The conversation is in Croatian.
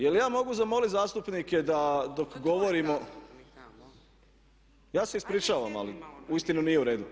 Je li ja mogu zamoliti zastupnike da dok govorimo, ja se ispričavam ali uistinu nije u redu.